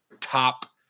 top